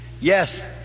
Yes